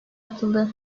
atıldı